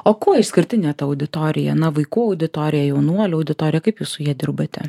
o kuo išskirtinė ta auditorija na vaikų auditorija jaunuolių auditorija kaip jūs su ja dirbate